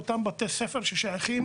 לאותם בתי ספר ששייכים